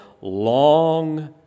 long